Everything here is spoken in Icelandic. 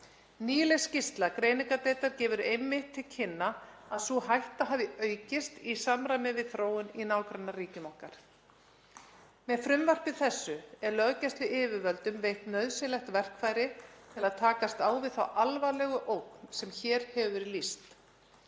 Nýleg skýrsla greiningardeildar gefur einmitt til kynna sú hætta hafi aukist, í samræmi við þróun í nágrannaríkjum okkar. Með frumvarpi þessu er löggæsluyfirvöldum veitt nauðsynleg verkfæri til að takast á við þá alvarlegu ógn sem hér hefur verið